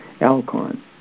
Alcon